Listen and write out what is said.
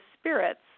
spirits